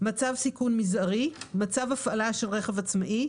"מצב סיכון מזערי" מצב הפעלה של רכב עצמאי,